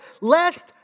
lest